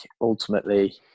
ultimately